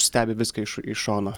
stebi viską iš iš šono